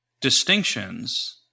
distinctions